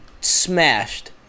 smashed